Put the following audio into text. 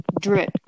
drip